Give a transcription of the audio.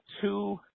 two